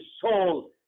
soul